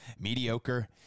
Mediocre